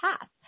path